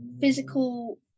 physical